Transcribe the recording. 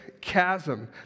chasm